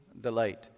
delight